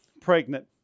pregnant